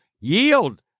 yield